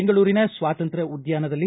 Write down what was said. ಬೆಂಗಳೂರಿನ ಸ್ವಾತಂತ್ರ್ಯ ಉದ್ದಾನದಲ್ಲಿ